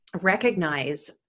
recognize